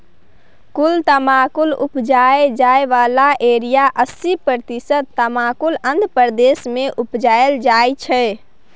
कुल तमाकुल उपजाएल जाइ बला एरियाक अस्सी प्रतिशत तमाकुल आंध्र प्रदेश मे उपजाएल जाइ छै